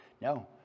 No